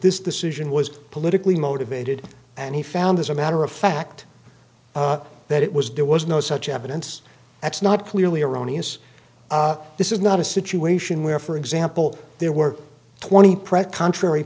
this decision was politically motivated and he found as a matter of fact that it was there was no such evidence that's not clearly erroneous this is not a situation where for example there were twenty press contrary